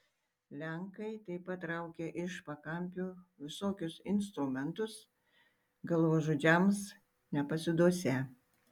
lenkai taip pat traukia iš pakampių visokius instrumentus galvažudžiams nepasiduosią